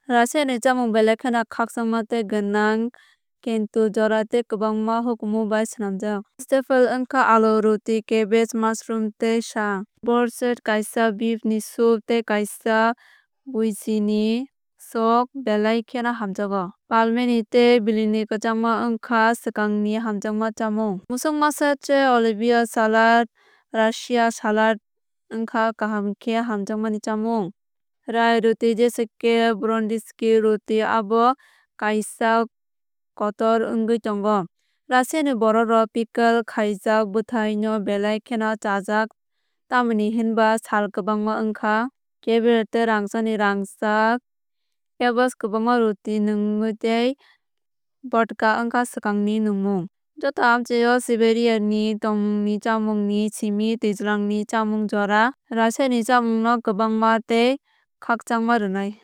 Russia ni chamung belai kheno khakchangma tei gwnang kinto jora tei kwbangma hukumu bai swnamjak. Staple wngkha alu ruti cabbage mushroom tei sa. Borscht kaisa beef ni soup tei kaisa bhiji ni sok belai kheno hamjakgo. Pelmeni tei blini kwchangma wngkha swkangni hamjakma chamung. Musuk masa tei olivier salad russia salad wngkha kaham khe hamjakmani chamung. Rye ruti jesa khe borodinski ruti abo kaisa kotor wngwi tongo. Russia ni borok rok pickle khaijak bwthai no belai kheno chajak tamni hwnba sal kwbangma wngkha. Caviar tei rangchakni rangchak wngkha rangchak. Kvass kwchangma ruti nungmung tei vodka wngkha swkangni nungmung. Joto amchaio siberia ni thwngmungni chámung ni simi twijlangni chámung jora Russiani chámungno kwbángma tei khakchangma rwnai.